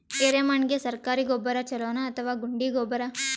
ಎರೆಮಣ್ ಗೆ ಸರ್ಕಾರಿ ಗೊಬ್ಬರ ಛೂಲೊ ನಾ ಅಥವಾ ಗುಂಡಿ ಗೊಬ್ಬರ?